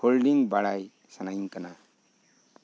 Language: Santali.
ᱦᱳᱞᱰᱤᱝ ᱵᱟᱲᱟᱭ ᱥᱟᱱᱟᱧ ᱠᱟᱱᱟ